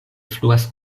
fluas